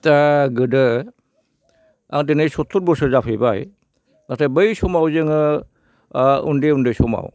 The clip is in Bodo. दा गोदो आं दिनै सत्तुर बसर जाफैबाय नाथाय बै समाव जोङो उन्दै उन्दै समाव